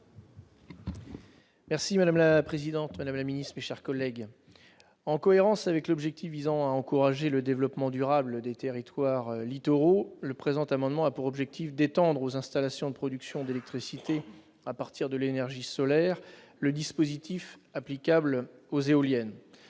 : La parole est à M. Guillaume Chevrollier. En cohérence avec l'objectif visant à en encourager le développement durable des territoires littoraux, le présent amendement a pour objet d'étendre aux installations de production d'électricité à partir de l'énergie solaire le dispositif applicable aux éoliennes,